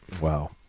Wow